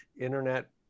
internet